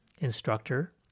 instructor